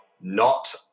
not-